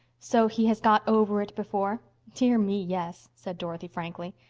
so he has got over it before? dear me, yes, said dorothy frankly.